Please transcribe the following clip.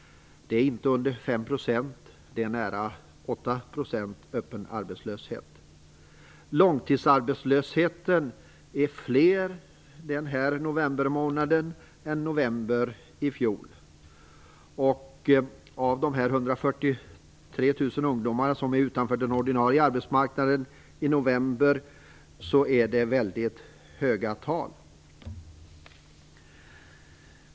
Det är inte under 5 %. Det är nära 8 % öppen arbetslöshet. De långtidsarbetslösa är fler den här novembermånaden än i november i fjol. Med tanke på de 143 000 ungdomar som står utanför den ordinarie arbetsmarknaden i november är det väldigt höga tal.